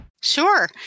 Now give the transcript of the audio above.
Sure